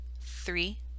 three